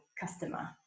customer